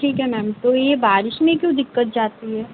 ठीक है मैम तो यह बारिश में क्यों दिक्कत जाती है